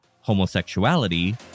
homosexuality